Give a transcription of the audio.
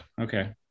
okay